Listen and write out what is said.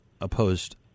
opposed